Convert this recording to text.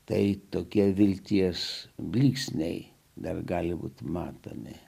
tai tokia vilties blyksniai dar gali būti matomi